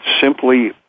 simply